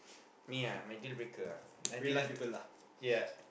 me ah my deal breaker ah my deal break~ yeah